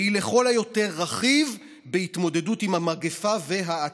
והיא לכל היותר רכיב בהתמודדות עם המגפה והאטתה,